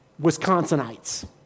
Wisconsinites